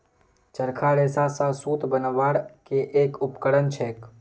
चरखा रेशा स सूत बनवार के एक उपकरण छेक